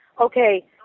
Okay